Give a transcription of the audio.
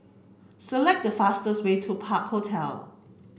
select the fastest way to Park Hotel